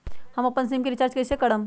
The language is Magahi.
हम अपन सिम रिचार्ज कइसे करम?